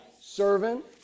servant